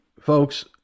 Folks